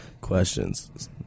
questions